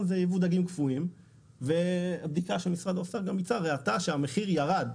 זה יבוא דגים קפואים והבדיקה שהמשרד עושה הראתה שהמחיר ירד.